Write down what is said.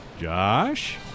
Josh